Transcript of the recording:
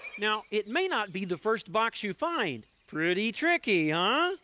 now it may not be the first box you find. pretty tricky, ah huh?